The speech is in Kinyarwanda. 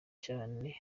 cyane